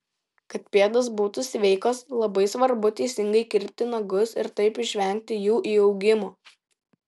kad pėdos būtų sveikos labai svarbu teisingai kirpti nagus ir taip išvengti jų įaugimo